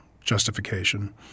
justification